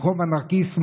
ברחוב הנרקיס,